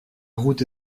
route